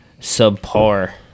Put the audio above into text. subpar